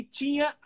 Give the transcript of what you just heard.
tinha